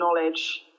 knowledge